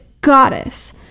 goddess